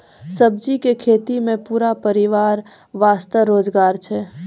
सब्जी के खेतों मॅ पूरा परिवार वास्तॅ रोजगार छै